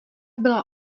byla